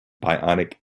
bionic